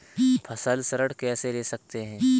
फसल ऋण कैसे ले सकते हैं?